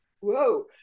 whoa